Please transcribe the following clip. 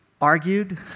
argued